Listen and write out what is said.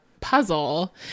puzzle